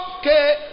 okay